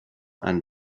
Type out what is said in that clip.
and